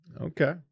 Okay